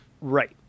Right